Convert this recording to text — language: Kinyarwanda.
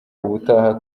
ubutaha